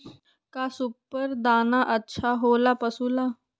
का सुपर दाना अच्छा हो ला पशु ला?